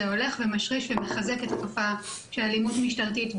זה הולך ומשריש ומחזק את התופעה של אלימות משטרתית,